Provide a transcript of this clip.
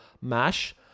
MASH